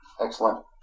Excellent